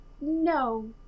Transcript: no